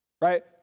Right